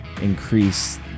increase